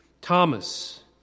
Thomas